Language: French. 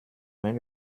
mais